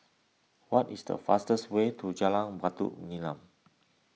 what is the fastest way to Jalan Batu Nilam